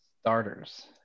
starters